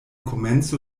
komenco